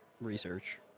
research